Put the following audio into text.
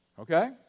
okay